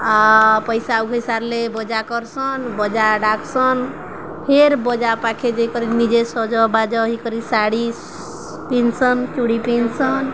ଆ ପଇସା ଉଠେଇସାରିଲେ ବଜା କରସନ୍ ବଜା ଡାକ୍ ସନ୍ ଫେର୍ ବଜା ପାଖେ ଯେକରି ନିଜେ ସଜବାଜ ହେଇ କରିରି ଶାଢ଼ୀ ପିନ୍ଧସନ୍ ଚୁଡ଼ି ପିନ୍ଧସନ୍